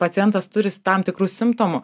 pacientas turi tam tikrų simptomų